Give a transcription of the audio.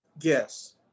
Yes